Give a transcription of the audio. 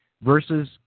versus